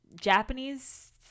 Japanese